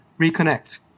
reconnect